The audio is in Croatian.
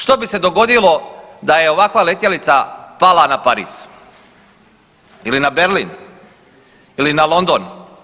Što bi se dogodilo da je ovakva letjelica pala na Pariz ili na Berlin ili na London?